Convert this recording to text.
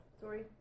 sorry